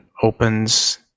opens